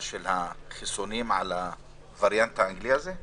של החיסונים על הווריאנט האנגלי הזה?